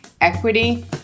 equity